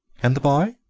and the boy?